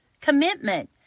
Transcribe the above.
commitment